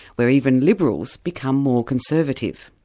where even liberals become more conservative.